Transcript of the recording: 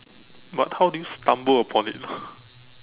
but how did you stumble upon it